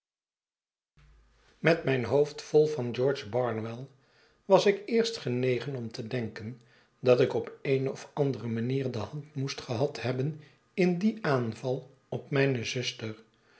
met mijn hoofd vol van george barnwell was ik eerst genegen om te denken dat ik op eene of andere manier de hand moest gehad hebben in dien aanval op mijne zuster